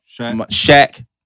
Shaq